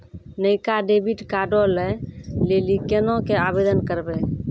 नयका डेबिट कार्डो लै लेली केना के आवेदन करबै?